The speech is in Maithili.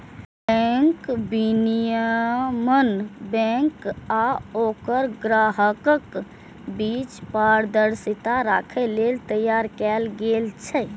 बैंक विनियमन बैंक आ ओकर ग्राहकक बीच पारदर्शिता राखै लेल तैयार कैल गेल छै